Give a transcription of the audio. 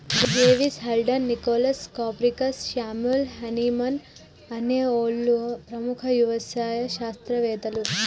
జెవిస్, Haldane, Nicholas, Copernicus, Samuel Hahnemann అనే ఓళ్ళు ప్రముఖ యవసాయ శాస్త్రవేతలు